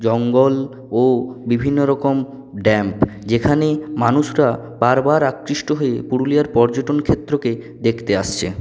জঙ্গল ও বিভিন্ন রকম ড্যাম যেখানেই মানুষরা বারবার আকৃষ্ট হয়ে পুরুলিয়ার পর্যটনক্ষেত্রকে দেখতে আসছে